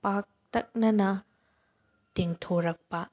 ꯄꯥꯛꯇꯛꯅꯅ ꯇꯦꯡꯊꯣꯔꯛꯄ